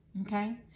Okay